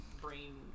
brain-